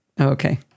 Okay